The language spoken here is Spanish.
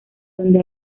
donde